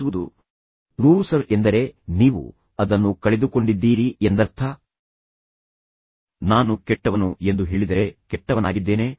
ಅನ್ನಿಸುವುದು ಲೋಸೆರೋಹೆ ಎಂದರೆ ನೀವು ಅದನ್ನು ಕಳೆದುಕೊಂಡಿದ್ದೀರಿ ಎಂದರ್ಥ ಆದ್ದರಿಂದ ನೀವು ನಾನು ಕೆಟ್ಟವನು ಎಂದು ಹೇಳಿದರೆ ನಾನು ನಿಮಗೆ ಕೆಟ್ಟವನಾಗಿದ್ದೇನೆ